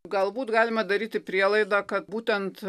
galbūt galima daryti prielaidą kad būtent